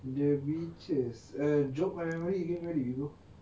the beaches err jog my memory again where did we go